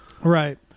Right